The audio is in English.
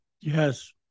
Yes